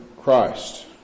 Christ